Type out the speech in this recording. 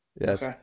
Yes